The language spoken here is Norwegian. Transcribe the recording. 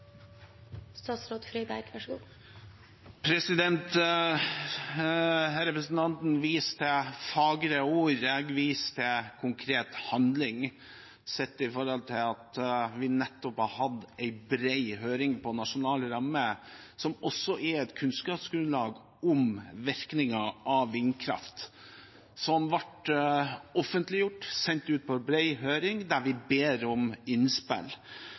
Representanten viser til fagre ord. Jeg viser til konkret handling sett i forhold til at vi nettopp har hatt en bred høring om nasjonale rammer, som også utgjør et kunnskapsgrunnlag om virkningen av vindkraft. Det ble offentliggjort, sendt ut på en bred høring der vi ba om innspill.